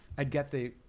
i got the,